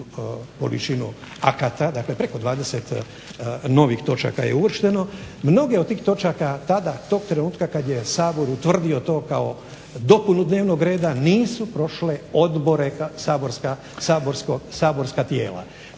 količinu akata. Dakle, preko 20 novih točaka je uvršteno. Mnoge od tih točaka, tada, tog trenutka kad je Sabor utvrdio to kao dopunu dnevnog reda nisu prošle odbore, saborska tijela.